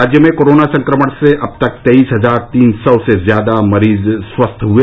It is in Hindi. राज्य में कोरोना संक्रमण से अब तक तेईस हजार तीन सौ से ज्यादा मरीज स्वस्थ हुए